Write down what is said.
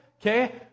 okay